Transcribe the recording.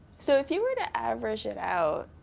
so if you were to average it out,